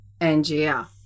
Angia